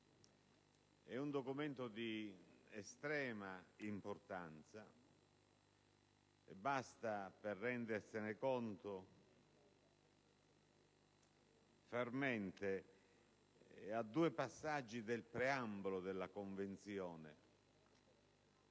È un documento di estrema importanza, e per rendersene conto basta porre mente a due passaggi del preambolo della Convenzione.